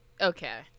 Okay